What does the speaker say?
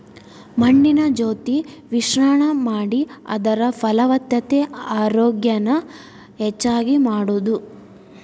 ಮಣ್ಣಿನ ಜೊತಿ ಮಿಶ್ರಣಾ ಮಾಡಿ ಅದರ ಫಲವತ್ತತೆ ಆರೋಗ್ಯಾನ ಹೆಚಗಿ ಮಾಡುದು